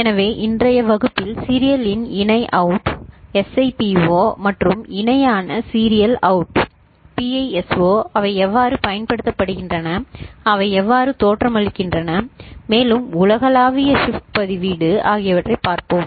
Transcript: எனவே இன்றைய வகுப்பில் சீரியல் இன் இணை அவுட் SIPO மற்றும் இணையான சீரியல் அவுட் PISO அவை எவ்வாறு பயன்படுத்தப்படுகின்றன அவை எவ்வாறு தோற்றமளிக்கின்றன மேலும் உலகளாவிய ஷிப்ட் பதிவேடு ஆகியவற்றைப் பார்ப்போம்